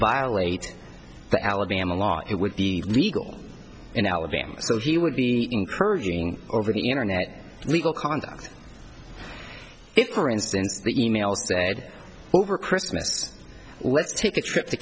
violate the alabama law it would be legal in alabama so he would be encouraging over the internet illegal conduct or instance the e mail said over christmas let's take a trip to